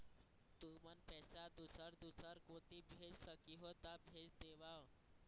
तुमन पैसा दूसर दूसर कोती भेज सखीहो ता भेज देवव?